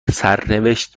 سرنوشت